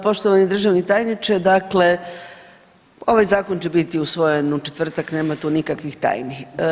Poštovani državni tajniče, dakle ovaj zakon će biti usvojen u četvrtak, nema tu nikakvih tajni.